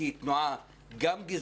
כי היא תנועה גם גזענית,